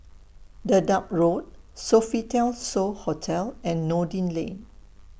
Dedap Road Sofitel So Hotel and Noordin Lane